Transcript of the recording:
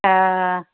हा